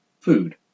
Food